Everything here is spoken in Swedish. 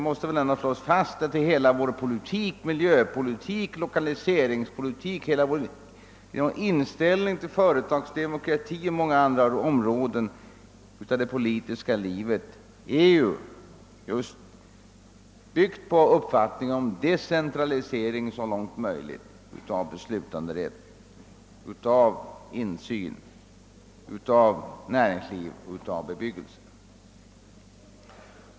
Centern vill slå fast att hela vår miljöpolitik, vår lokaliseringspolitik och vår inställning till företagsde mokrati och många andra områden av det politiska livet måste bygga på en så långt möjligt driven decentralisering av beslutanderätt, av insyn, av näringsliv och av bebyggelse.